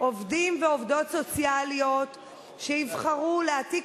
עובדים ועובדות סוציאליות שיבחרו להעתיק